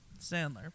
Sandler